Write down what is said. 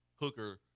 Hooker